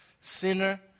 sinner